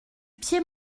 pied